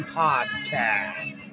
podcast